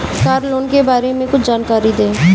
Car loan के बारे में कुछ जानकारी दें?